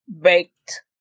Baked